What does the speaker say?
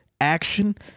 action